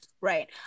Right